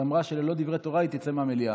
היא אמרה שללא דברי תורה היא תצא מהמליאה,